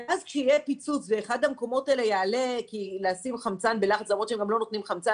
ואז כשיהיה פיצוץ ואחד המקומות האלה יעלה הם גם לא נותנים חמצן,